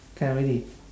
can already